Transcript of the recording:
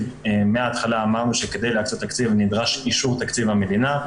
מהתחלה אמרנו שכדי להקצות תקציב נדרש אישור של תקציב המדינה.